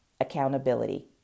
accountability